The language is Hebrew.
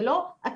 זה לא הכסף,